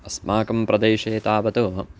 अस्माकं प्रदेशे तावत्